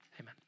Amen